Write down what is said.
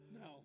No